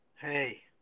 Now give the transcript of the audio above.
Hey